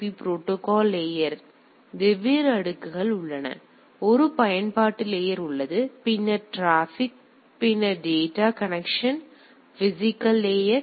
B protocol layer பார்த்தால் வெவ்வேறு அடுக்குகள் உள்ளன எனவே ஒரு பயன்பாட்டு லேயர் உள்ளது பின்னர் டிராபிக் பின்னர் ஐபி பின்னர் டேட்டா கனெக்சன் மற்றும் பிசிகல் லேயர்